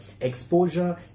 exposure